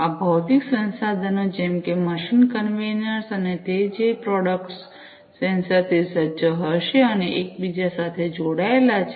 આ ભૌતિક સંસાધનો જેમ કે મશીન કન્વેયર્સ અને તેઓ જે પ્રોડક્ટ્સ સેન્સર થી સજ્જ હશે અને એક બીજા સાથે જોડાયેલા છે